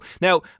Now